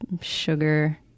sugar